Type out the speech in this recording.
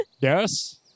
Yes